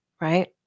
right